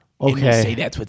Okay